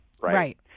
right